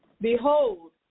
Behold